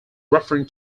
referring